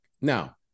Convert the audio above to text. now